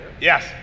Yes